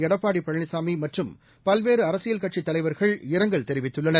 எடப்பாடி பழனிசாமி மற்றும் பல்வேறு அரசியல் கட்சித் தலைவர்கள் இரங்கல் தெரிவித்துள்ளனர்